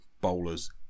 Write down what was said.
bowlers